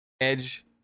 Edge